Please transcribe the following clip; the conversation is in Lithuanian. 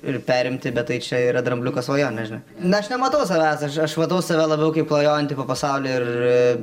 ir perimti bet tai čia yra drambliuko svajonė žinai na aš nematau savęs aš aš matau save labiau kaip klajojantį po pasaulį ir